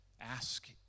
ask